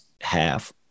half